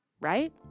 right